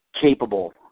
capable